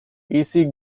easy